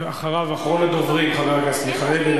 ואחריו - אחרון הדוברים, חבר הכנסת מיכאלי.